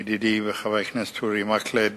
ידידי וחבר הכנסת אורי מקלב